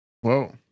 Whoa